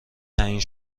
تعیین